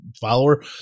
follower